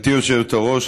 גברתי היושבת-ראש,